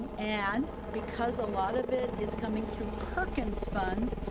and because a lot of it is coming through perkins funds,